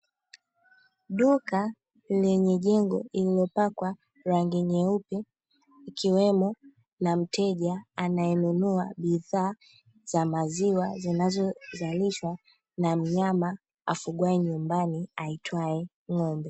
Duka lenye jengo iliopakwa rangi nyeupe ikiwemo na mteja anayenunua bidhaa za maziwa zinazozalishwa na mnyama afugwaye nyumbani aitwaye ng'ombe.